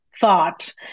thought